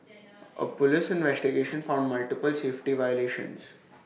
A Police investigation found multiple safety violations